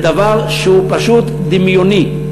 זה דבר שהוא פשוט דמיוני,